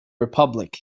republic